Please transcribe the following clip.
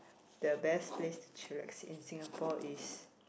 the best place to chillax in Singapore is